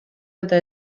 eta